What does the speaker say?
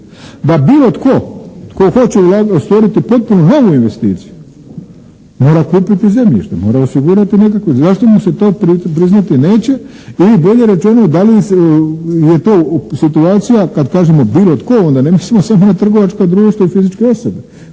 da bilo tko, tko hoće stvoriti potpuno novu investiciju mora kupiti zemljište, mora osigurati nekakve, zašto mu se to priznati neće ili bolje rečeno da li je to situacija kada kažemo bilo tko onda ne mislimo samo na trgovačko društvo i fizičke osobe.